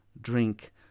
drink